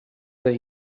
the